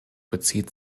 bezieht